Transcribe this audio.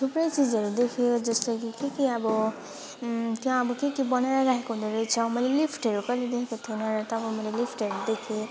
थुप्रै चिजहरू देखेँ जस्तो कि के के अब त्यहाँ अब के के बनाएर राखेको हुँदोरहेछ मैले लिफ्टहरू कहिल्यै देखेको थिइनँ र तब मैले लिफ्टहरू देखेँ